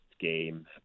game